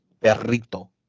Perrito